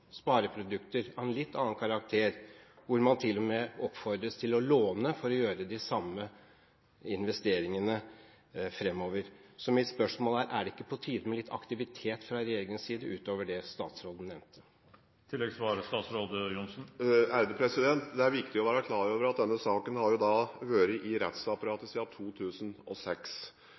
spareprodukter, av en litt annen karakter, hvor man til og med oppfordres til å låne for å gjøre de samme investeringene fremover. Så mitt spørsmål er: Er det ikke på tide med litt aktivitet fra regjeringens side, utover det statsråden nevnte? Det er viktig å være klar over at denne saken har vært i rettsapparatet siden 2006.